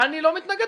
אני לא מתנגד.